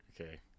okay